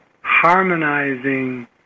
harmonizing